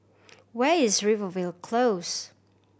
where is Rivervale Close